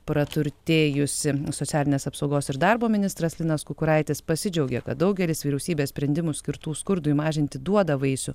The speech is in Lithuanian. praturtėjusi socialinės apsaugos ir darbo ministras linas kukuraitis pasidžiaugė kad daugelis vyriausybės sprendimų skirtų skurdui mažinti duoda vaisių